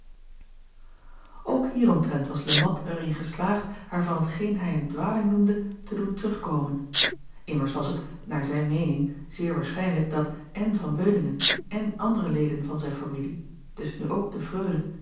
ok hieromtrent was e at er in geslaagd haar van hetgeen hij een dwaling noemde te doen terugkomen mmers was het naar zijne meening zeer waarschijnlijk dat én an euningen én andere leden van zijn familie dus nu ook de reule